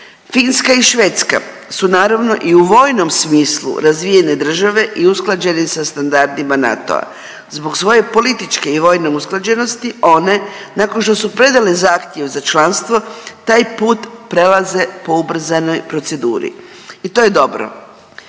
Finska i Švedska su naravno i u vojnom smislu razvijene države i usklađene sa standardima NATO-a. Zbog svoje političke i vojne usklađenosti, one nakon što su predale zahtjev za članstvo, taj put prelaze po ubrzanoj proceduri i to je dobro.